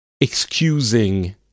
excusing